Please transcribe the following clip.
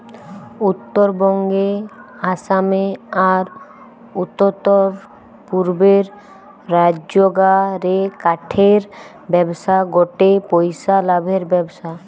উত্তরবঙ্গে, আসামে, আর উততরপূর্বের রাজ্যগা রে কাঠের ব্যবসা গটে পইসা লাভের ব্যবসা